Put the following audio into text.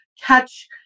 catch